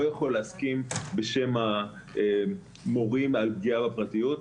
יכול להסכים בשם המורים על פגיעה בפרטיות.